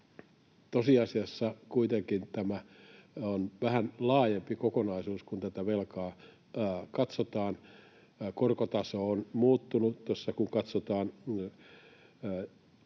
Tosiasiassa kuitenkin tämä on vähän laajempi kokonaisuus. Kun tätä velkaa katsotaan, korkotaso on muuttunut. Tuossa kun katsotaan